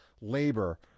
Labor